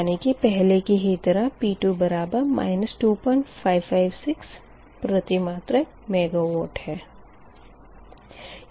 यानी कि पहले की तरह P2 2556 प्रतिमात्रक मेगावाट है